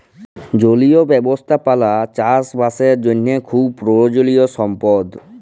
জলীয় ব্যবস্থাপালা চাষ বাসের জ্যনহে খুব পরয়োজলিয় সম্পদ